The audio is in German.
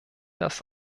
das